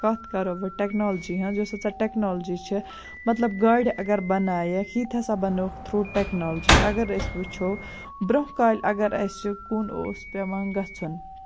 کَتھ کرو ٹیکنالجی ہنٛز یۄس ہسا ٹیکنالجی چھےٚ مطلب گاڑِ اَگر بَنایکھ یہِ تہِ ہسا بَنٲوکھ تھروٗ ٹیکنالجی اَگر أسۍ وُچھو برونٛہہ کالہِ اَگر اَسہِ کُن اوس پیٚوان گژھُن